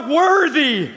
worthy